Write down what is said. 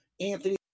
anthony